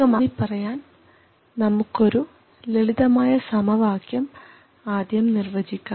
ഇത് ഊന്നി പറയാൻ നമുക്കൊരു ലളിതമായ സമവാക്യം ആദ്യം നിർവചിക്കാം